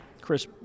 chris